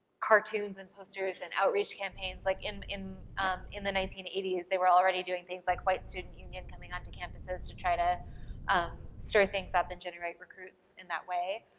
cartoons and posters and outreach campaigns, like, in in the nineteen eighty s they were already doing things like white student unions coming onto campuses to try to stir things up and generate recruits in that way.